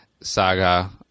saga